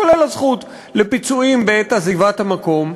כולל הזכות לפיצויים בעת עזיבת המקום,